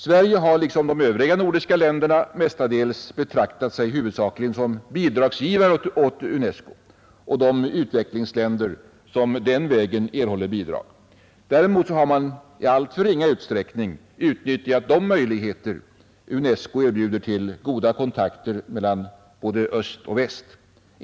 Sverige har liksom de övriga nordiska länderna mestadels betraktat sig huvudsakligen som bidragsgivare åt UNESCO och de utvecklingsländer som den vägen erhåller bidrag. Däremot har man i alltför ringa utsträckning utnyttjat de möjligheter UNESCO erbjuder till goda kontakter med såväl öst som väst.